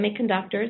semiconductors